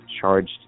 charged